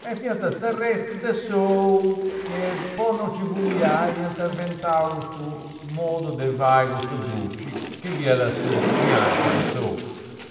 E fiant sa restu de s'ou che po non nci fuiai iant inventau custu modu de fai custu druci chi fiat su biancu de s'ou.